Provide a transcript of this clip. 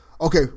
Okay